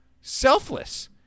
selfless